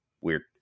weird